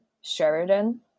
sheridan